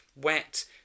wet